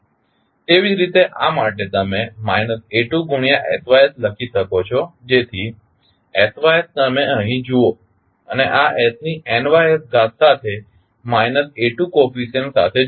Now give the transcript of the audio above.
તેવી જ રીતે આ માટે તમે માઇનસ a2 ગુણ્યા sys લખી શકો છો જેથી sys તમે અહીં જુઓ અને આ s ની nys ઘાત સાથે માઇનસ a2 કોફીસીયંટ સાથે જોડાયેલ છે